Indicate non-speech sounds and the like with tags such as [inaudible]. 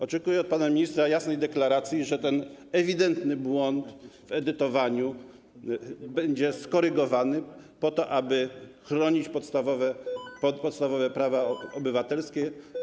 Oczekuję od pana ministra jasnej deklaracji, że ten ewidentny błąd w edytowaniu będzie skorygowany, po to aby chronić podstawowe [noise] prawa obywatelskie.